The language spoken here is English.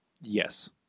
Yes